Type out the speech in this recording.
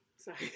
Sorry